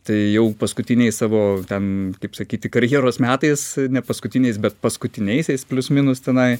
tai jau paskutiniais savo ten kaip sakyti karjeros metais ne paskutiniais bet paskutiniaisiais plius minus tenai